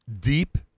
deep